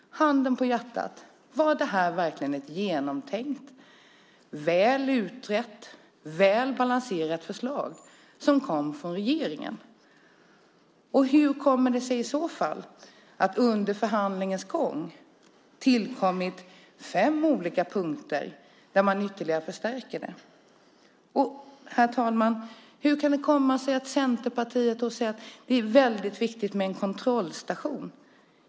Handen på hjärtat: Var det här verkligen ett genomtänkt, väl utrett och väl balanserat förslag som kom från regeringen? Och hur kommer det sig i så fall att det under förhandlingens gång tillkommit fem olika punkter där man ytterligare förstärker det? Herr talman! Hur kan det komma sig att Centerpartiet säger att det är väldigt viktigt med en kontrollstation?